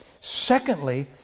Secondly